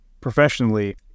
professionally